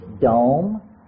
dome